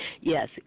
yes